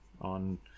on